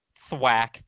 Thwack